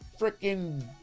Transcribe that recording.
freaking